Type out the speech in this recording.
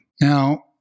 Now